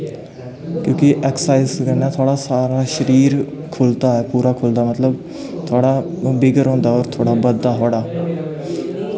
क्योंकि ऐक्सर्साईज़ कन्नै साढ़ा सारा शरीर खुलदा पूरा खुलदा मतलब थोआढ़ा बिग्ग रौंह्दा होर थ्होड़ा बधदा थोआढ़ा